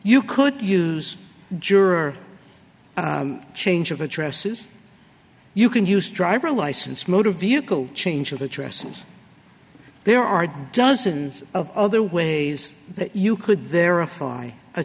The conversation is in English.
you could use juror change of addresses you can use driver license motor vehicle change of addresses there are dozens of other ways that you could verify a